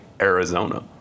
Arizona